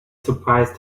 surprised